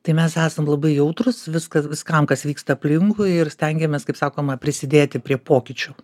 tai mes esam labai jautrūs viskas viskam kas vyksta aplinkui ir stengiamės kaip sakoma prisidėti prie pokyčių